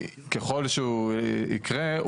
ככל שהוא יקרה,